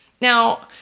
Now